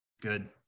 Good